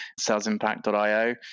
salesimpact.io